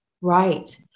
Right